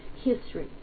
history